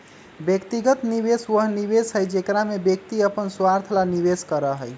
व्यक्तिगत निवेश वह निवेश हई जेकरा में व्यक्ति अपन स्वार्थ ला निवेश करा हई